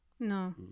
No